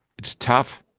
it's tough.